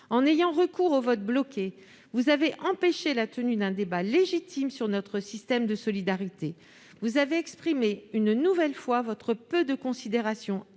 En ayant recours au vote bloqué, vous avez empêché la tenue d'un débat légitime sur notre système de solidarité. Vous avez exprimé une nouvelle fois votre peu de considération